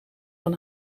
van